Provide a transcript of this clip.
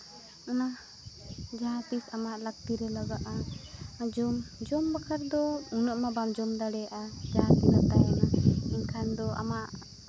ᱚᱱᱟ ᱡᱟᱦᱟᱸᱛᱤᱥ ᱟᱢᱟᱜ ᱞᱟᱹᱠᱛᱤ ᱨᱮ ᱞᱟᱜᱟᱜᱼᱟ ᱡᱚᱢ ᱡᱚᱢ ᱵᱟᱠᱷᱨᱟ ᱛᱮᱢᱟ ᱩᱱᱟᱹᱜ ᱢᱟ ᱵᱟᱢ ᱡᱚᱢ ᱫᱟᱲᱮᱭᱟᱜᱼᱟ ᱞᱟᱦᱟ ᱛᱮᱱᱟᱜ ᱛᱟᱦᱮᱱᱟ ᱮᱱᱠᱷᱟᱱ ᱫᱚ ᱟᱢᱟᱜ